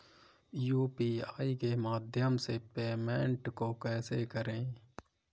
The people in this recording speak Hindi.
यू.पी.आई के माध्यम से पेमेंट को कैसे करें?